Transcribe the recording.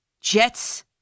Jets